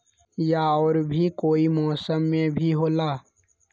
या और भी कोई मौसम मे भी होला?